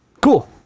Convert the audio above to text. Cool